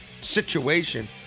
situation